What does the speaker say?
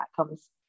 outcomes